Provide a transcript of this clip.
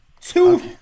Two